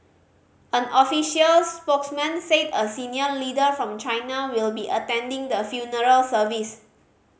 an official spokesman said a senior leader from China will be attending the funeral service